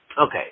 Okay